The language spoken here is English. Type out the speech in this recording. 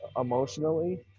emotionally